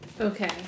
Okay